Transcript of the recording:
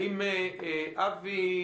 האם אבי